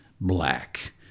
black